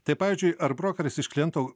tai pavyzdžiui ar brokeris iš kliento